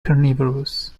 carnivorous